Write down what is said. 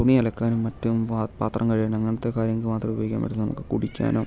തുണി അലക്കാനും മറ്റും പാ പാത്രം കഴുകാൻ അങ്ങനത്തെ കാര്യങ്ങൾക്ക് മാത്രമേ ഉപയോഗിക്കാൻ പറ്റുന്നുള്ളൂ നമുക്ക് കുടിക്കാനോ